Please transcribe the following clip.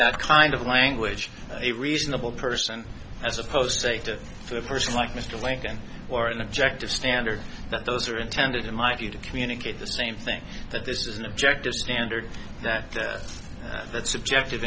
that kind of language a reasonable person as opposed to say to the person like mr lincoln or an objective standard that those are intended in my view to communicate the same thing that this is an objective standard that that's subjective